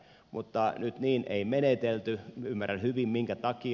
mutta nyt niin ei menetelty ymmärrän hyvin minkä takia